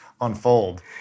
unfold